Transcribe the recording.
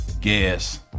Gas